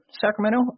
Sacramento